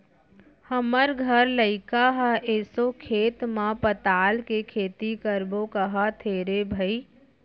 हमर घर लइका ह एसो खेत म पताल के खेती करबो कहत हे रे भई